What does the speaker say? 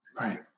right